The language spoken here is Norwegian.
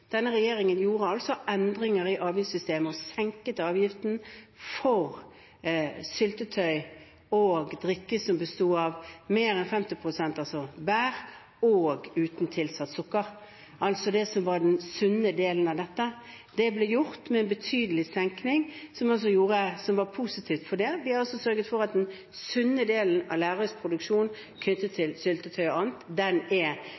Denne regjeringen gjorde endringer i avgiftssystemet og senket avgiften for syltetøy og drikke som besto av mer enn 50 pst. bær, og som var uten tilsatt sukker, altså det som var den sunne delen av dette. Det ble gjort med en betydelig senkning, som var positivt for det. Vi har altså sørget for at den sunne delen av Lerums produksjon, knyttet